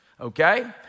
Okay